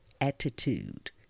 attitude